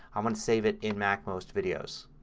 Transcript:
um and save it in macmost videos.